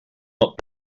not